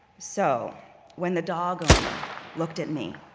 so when the dog owner looked at me,